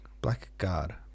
Blackguard